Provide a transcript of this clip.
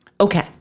Okay